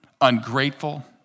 ungrateful